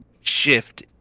shift